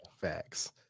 Facts